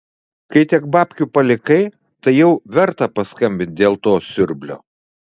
kai tiek babkių palikai tai jau verta paskambint dėl to siurblio